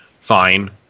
fine